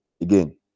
again